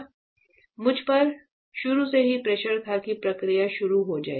FL मुझ पर शुरू से ही प्रेशर था कि प्रक्रिया शुरू हो जाएगी